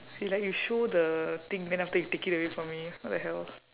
it's like you show the thing then after you take it away from me what the hell